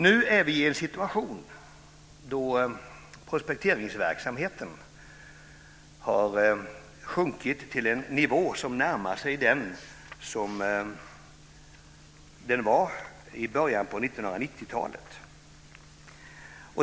Nu är vi i en situation då prospekteringsverksamheten har sjunkit till en nivå som närmar sig den vi hade i början av 1990-talet.